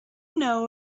know